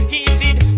Heated